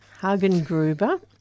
Hagengruber